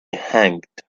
hanged